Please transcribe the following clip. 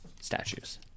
statues